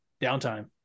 downtime